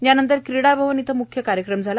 त्यानंतर क्रीडा भवन इथं मुख्य कार्यक्रम झाला